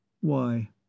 Why